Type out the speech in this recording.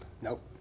Nope